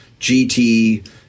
GT